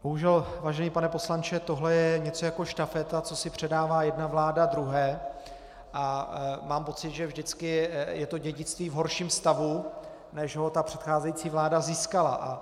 Bohužel, vážený pane poslanče, tohle je něco jako štafeta, co si předává jedna vláda druhé, a mám pocit, že vždycky je to dědictví v horším stavu, než ho předcházející vláda získala.